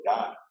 God